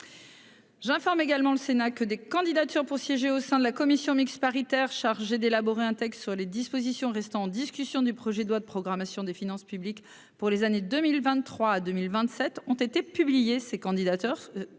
J'informe également le Sénat que des candidatures pour siéger au sein de la commission mixte paritaire chargée d'élaborer un texte sur les dispositions restant en discussion du projet de loi de programmation des finances publiques pour les années 2023 à 2027 ont été publiés ces candidater